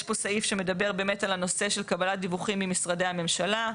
יש פה סעיף שמדבר באמת על הנושא של קבלת דיווחים ממשרדי הממשלה.